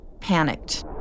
panicked